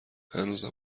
هنوزم